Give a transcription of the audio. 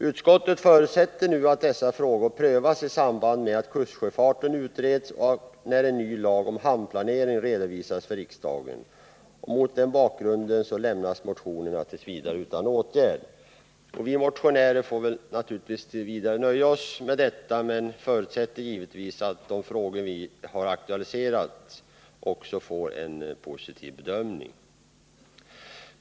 Utskottet förutsätter att dessa frågor prövas i samband med att kustsjöfarten utreds och när en ny lag om hamnplanering redovisas för riksdagen. Mot den bakgrunden föreslår utskottet att motionerna lämnas utan åtgärd. Vi motionärer får väl t. v. nöja oss med detta men förutsätter givetvis att de frågor vi har aktualiserat får en positiv bedömning.